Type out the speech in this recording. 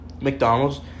McDonald's